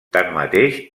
tanmateix